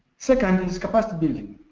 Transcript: second and is capacity building.